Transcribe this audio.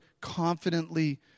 confidently